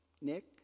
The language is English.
Nick